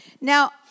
Now